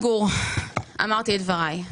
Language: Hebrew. אמרתי את דבריי.